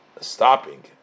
Stopping